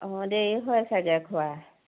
অঁ দেৰি হয় চাগে খোৱা